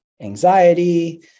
anxiety